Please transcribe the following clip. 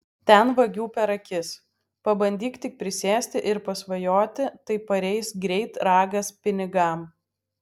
ten vagių per akis pabandyk tik prisėsti ir pasvajoti tai pareis greit ragas pinigam